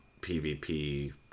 PvP